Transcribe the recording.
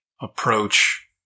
approach